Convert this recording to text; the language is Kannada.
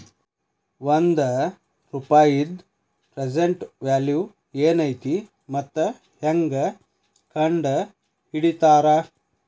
ಒಂದ ರೂಪಾಯಿದ್ ಪ್ರೆಸೆಂಟ್ ವ್ಯಾಲ್ಯೂ ಏನೈತಿ ಮತ್ತ ಹೆಂಗ ಕಂಡಹಿಡಿತಾರಾ